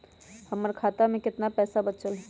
हमर खाता में केतना पैसा बचल हई?